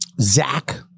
Zach